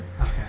Okay